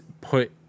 put